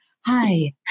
hi